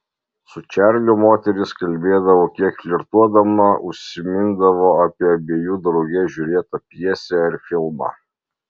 su čarliu moteris kalbėdavo kiek flirtuodama užsimindavo apie abiejų drauge žiūrėtą pjesę ar filmą